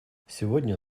сегодня